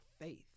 faith